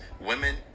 Women